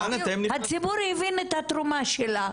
הציבור הבין את התרומה שלה.